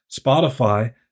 Spotify